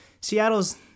Seattle's